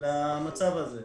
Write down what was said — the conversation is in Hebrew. למצב הזה,